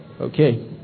Okay